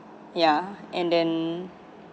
ya and then